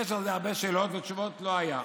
יש על זה הרבה שאלות ותשובות לא היו.